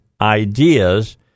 ideas